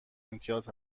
امتیاز